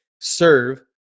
serve